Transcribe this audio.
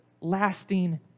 lasting